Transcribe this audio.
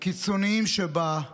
הקיצונים שבה,